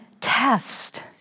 test